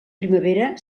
primavera